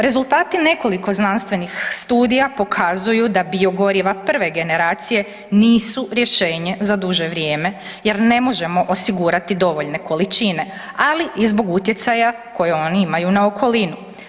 Rezultati nekoliko znanstvenih studija pokazuju da biogoriva prve generacije nisu rješenje za duže vrijeme jer ne možemo osigurati dovoljne količine, ali i zbog utjecaja koje oni imaju na okolinu.